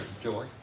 joy